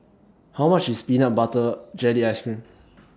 How much IS Peanut Butter Jelly Ice Cream